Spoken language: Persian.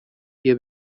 بیا